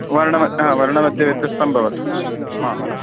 वर्णः वर्णमध्ये व्यत्यासः भवतु हा वरं